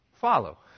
follow